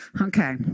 Okay